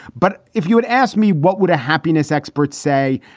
but if you had asked me what would a happiness experts say,